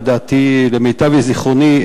למיטב זיכרוני,